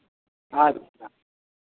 ᱟᱪᱪᱷᱟ